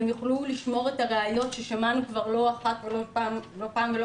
הם יוכלו לשמור את הראיות ששמענו כבר לא פעם ולא